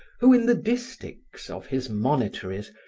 who, in the distichs of his monitories,